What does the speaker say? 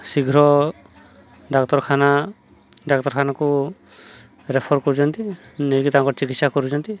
ଶୀଘ୍ର ଡାକ୍ତରଖାନା ଡାକ୍ତରଖାନାକୁ ରେଫର୍ କରୁଛନ୍ତି ନେଇକି ତାଙ୍କର ଚିକିତ୍ସା କରୁଛନ୍ତି